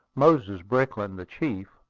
moses brickland, the chief,